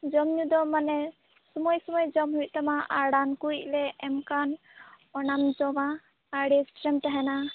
ᱡᱚᱢ ᱧᱩ ᱫᱚ ᱢᱟᱱᱮ ᱥᱚᱢᱚᱭ ᱥᱚᱢᱚᱭ ᱡᱚᱢ ᱦᱩᱭᱩᱜ ᱛᱟᱢᱟ ᱟᱲᱟᱱ ᱠᱩᱡ ᱞᱮ ᱮᱢ ᱠᱟᱢ ᱚᱱᱟᱢ ᱡᱚᱢᱟ ᱟᱨ ᱨᱮᱥᱴᱨᱮᱢ ᱛᱟᱦᱮᱱᱟ